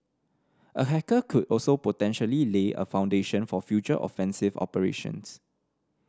a hacker could also potentially lay a foundation for future offensive operations